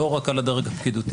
לא רק על הדרג הפקידותי,